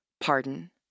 pardon